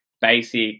basic